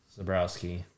Zabrowski